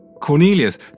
Cornelius